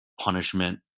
punishment